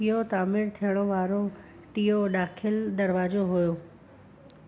इहो तामीर थियणु वारो टियों दाख़िलु दरवाज़ो हुओ